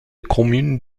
communes